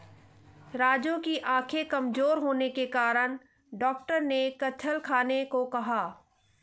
राजू की आंखें कमजोर होने के कारण डॉक्टर ने कटहल खाने को कहा